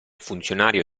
funzionario